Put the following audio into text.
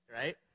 right